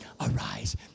arise